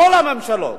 כל הממשלות,